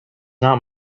not